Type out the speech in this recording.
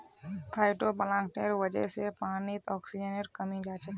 फाइटोप्लांकटनेर वजह से पानीत ऑक्सीजनेर कमी हैं जाछेक